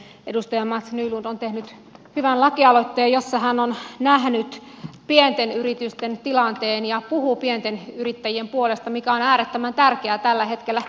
edustaja mats nylund on tehnyt hyvän lakialoitteen jossa hän on nähnyt pienten yritysten tilanteen ja puhuu pienten yrittäjien puolesta mikä on äärettömän tärkeää tällä hetkellä